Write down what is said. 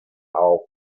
auf